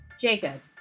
Jacob